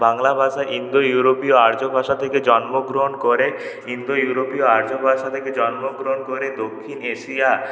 বাংলা ভাষা ইন্দো ইউরোপীয় আর্য ভাষা থেকে জন্মগ্রহণ করে ইন্দো ইউরোপীয় আর্য ভাষা থেকে জন্মগ্রহণ করে দক্ষিণ এশিয়া